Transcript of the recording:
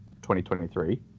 2023